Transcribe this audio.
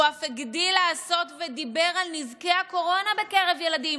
הוא אף הגדיל לעשות ודיבר על נזקי הקורונה בקרב ילדים,